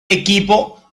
equipo